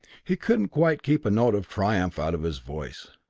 he couldn't quite keep a note of triumph out of his voice.